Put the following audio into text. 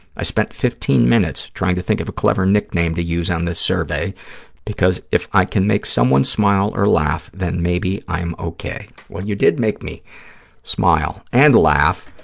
i spent fifteen minutes trying to think of a clever nickname to use on this survey because, if i can make someone smile or laugh, then maybe i'm okay. well, you did make me smile, and laugh,